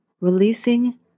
Releasing